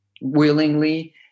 willingly